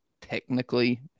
technically